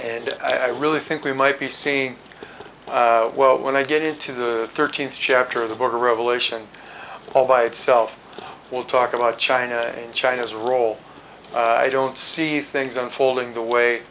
and i really think we might be seeing well when i get into the thirteenth chapter of the border revelation all by itself will talk about china age china's role i don't see things unfolding the way